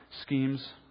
schemes